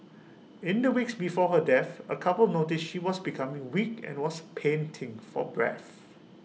in the weeks before her death A couple noticed she was becoming weak and was panting for breath